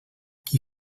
qui